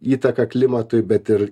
įtaką klimatui bet ir